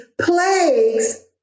plagues